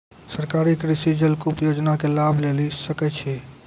सरकारी कृषि जलकूप योजना के लाभ लेली सकै छिए?